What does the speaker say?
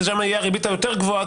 ושם הריבית תהיה יותר גבוהה,